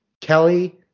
Kelly